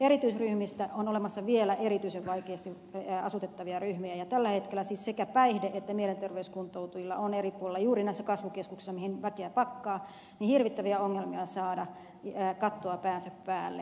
erityisryhmistä on olemassa vielä erityisen vaikeasti asutettavia ryhmiä ja tällä hetkellä siis sekä päihde että mielenterveyskuntoutujilla on eri puolilla juuri näissä kasvukeskuksissa joihin väkeä pakkaa hirvittäviä ongelmia saada kattoa päänsä päälle